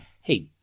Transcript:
hey